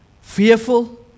Fearful